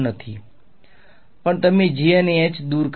વિદ્યાર્થી પણ તમે j અને h દૂર કર્યા